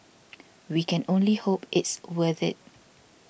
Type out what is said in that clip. we can only hope it's worth it